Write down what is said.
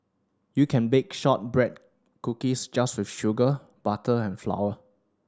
you can bake shortbread cookies just with sugar butter and flour